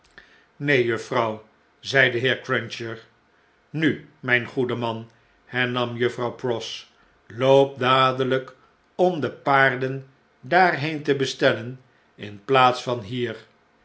juffrouw zei de heer cruncher nu mijn goede man hernam juffrouw pross loop dadeljjkomdepaardendaarheente bestellen in plaats van hier